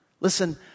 listen